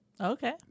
Okay